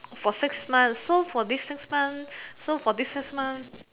for six months so for these six months so for these six months